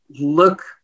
look